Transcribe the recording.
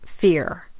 fear